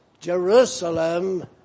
Jerusalem